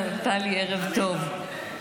טלי, ערב טוב.